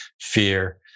fear